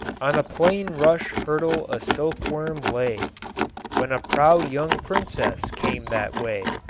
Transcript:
on a plain rush hurdle a silkworm lay when a proud young princess came that way.